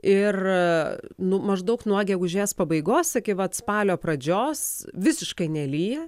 ir nu maždaug nuo gegužės pabaigos iki vat spalio pradžios visiškai nelyja